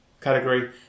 category